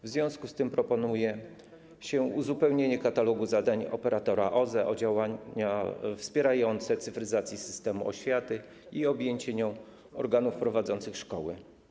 W związku z tym proponuje się uzupełnienie katalogu zadań operatora OSE o działania wspierające cyfryzację systemu oświaty i objęcie nim organów prowadzących szkoły.